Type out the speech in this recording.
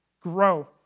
Grow